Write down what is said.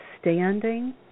standing